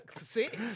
Six